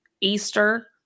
Easter